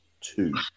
two